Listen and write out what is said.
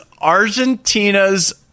Argentina's